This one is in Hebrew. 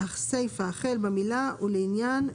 הסיפה החל במילה "ולעניין"